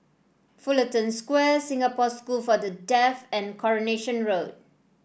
Fullerton Square Singapore School for the Deaf and Coronation Road